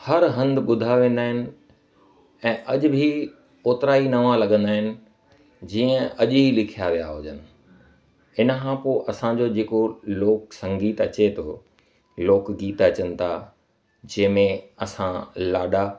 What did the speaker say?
हर हंधु ॿुधा वेंदा आहिनि ऐं अॼु बि ओतिरा ई नवां लॻंदा आहिनि जीअं अॼु ई लिखिया विया हुआ हिन खां पोइ असांजो जे को लोक संगीत अचे थो लोक गीत अचनि था जंहिं में असां लाॾा